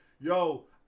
yo